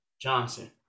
Johnson